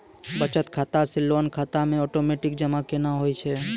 बचत खाता से लोन खाता मे ओटोमेटिक जमा केना होय छै?